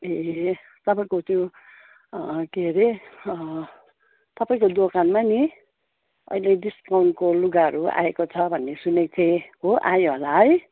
ए तपाईँको त्यो के अरे तपाईँको दोकानमा नि अहिले डिस्काउन्टको लुगाहरू आएको छ भन्ने सुनेको थिएँ हो आयो होला है